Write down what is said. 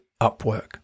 Upwork